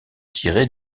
tirer